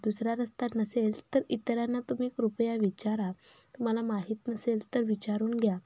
दुसरा रस्ता नसेल तर इतरांना तुम्ही कृपया विचारा तुम्हाला माहीत नसेल तर विचारून घ्या